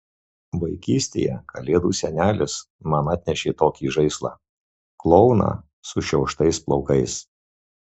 vaikystėje kalėdų senelis man atnešė tokį žaislą klouną sušiauštais plaukais